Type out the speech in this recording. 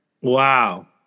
Wow